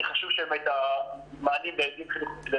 חניכה וליווי איך הם ייתנו מענים גם לילדים המשולבים,